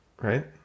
Right